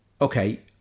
okay